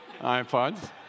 iPods